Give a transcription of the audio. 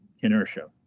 inertia